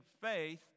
faith